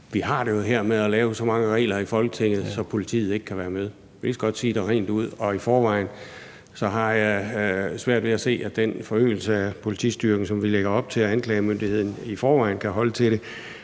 i Folketinget med at lave så mange regler, at politiet ikke kan være med. Vi kan lige så godt sige det rent ud. Og i forvejen har jeg svært ved at se, at den forøgelse af politistyrken og anklagemyndigheden, som vi lægger op til, i forvejen kan holde til det.